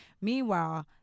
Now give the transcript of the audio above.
meanwhile